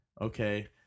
Okay